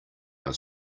our